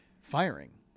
firing